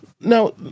Now